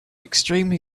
extremely